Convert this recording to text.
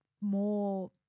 more